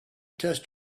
test